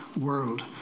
world